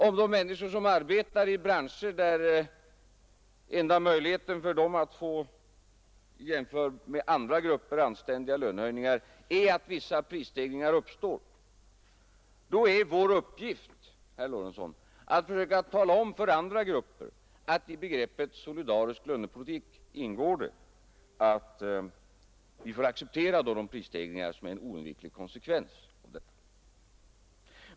Om de människor som arbetar i branscher där enda möjligheten för dem att få i jämförelse med andra grupper anständiga lönehöjningar är att vissa prisstegringar uppstår, då är vår uppgift, herr Lorentzon, att försöka tala om för de andra grupperna att i begreppet solidarisk lönepolitik ingår att man måste acceptera prisstegringar som är en oundviklig konsekvens.